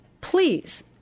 please